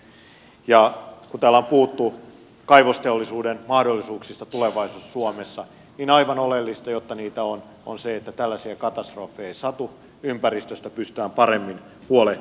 kun täällä on puhuttu kaivosteollisuuden mahdollisuuksista tulevaisuudessa suomessa aivan oleellista jotta niitä olisi on se että tällaisia katastrofeja ei satu ja ympäristöstä pystytään paremmin huolehtimaan